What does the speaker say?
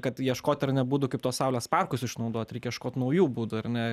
kad ieškot ar ne būdų kaip tuos saulės parkus išnaudot reikia ieškot naujų būdų ar ne